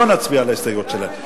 לא נצביע על ההסתייגויות שלהם.